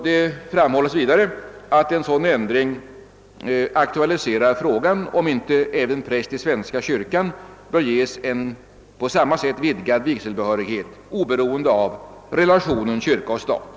Det framhålls vidare, att en sådan ändring aktualiserar frågan om att även präster i svenska kyrkan bör ges en på samma sätt vidgad vigselbehörighet, oberoende av relationen kyrka—stat.